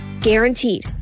Guaranteed